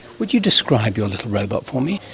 would you describe your little robot for me?